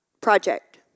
project